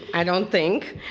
i don't think,